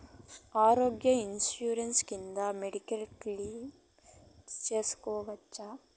ఆరోగ్య ఇన్సూరెన్సు కింద medical claim సేసుకోవచ్చా?